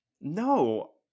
no